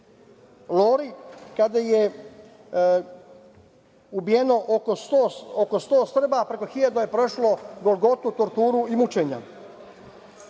Lori, kada je ubijeno oko sto Srba, a preko hiljadu je prošlo golgotu, torturu i mučenja. Samo